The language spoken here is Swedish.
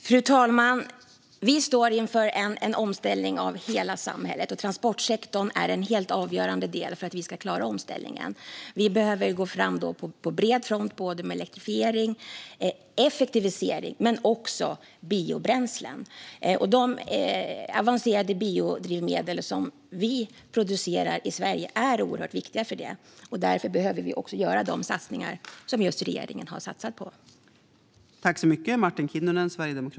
Fru talman! Vi står inför en omställning av hela samhället, och transportsektorn är en helt avgörande del för att klara omställningen. Vi behöver gå fram på bred front med elektrifiering, effektivisering och biobränslen. De avancerade biodrivmedel som produceras i Sverige är oerhört viktiga. Därför behöver vi också göra de satsningar som regeringen har fört fram.